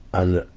and,